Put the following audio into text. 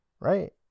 right